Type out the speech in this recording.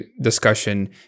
discussion